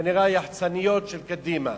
כנראה היחצניות של קדימה.